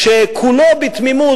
כשכולו בתמימות,